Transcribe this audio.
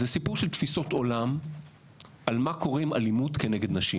זה סיפור של תפיסות עולם על מה קורה עם אלימות כנגד נשים.